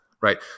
right